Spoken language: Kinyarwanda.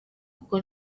kuko